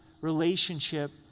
relationship